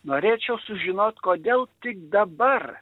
norėčiau sužinot kodėl tik dabar